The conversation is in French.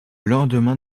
lendemain